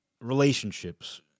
Relationships